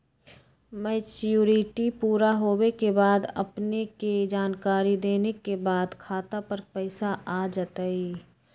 Maturity पुरा होवे के बाद अपने के जानकारी देने के बाद खाता पर पैसा आ जतई?